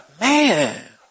Man